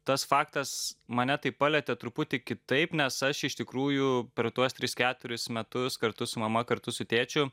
tas faktas mane tai palietė truputį kitaip nes aš iš tikrųjų per tuos tris keturis metus kartu su mama kartu su tėčiu